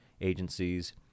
agencies